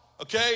Okay